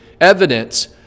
evidence